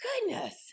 goodness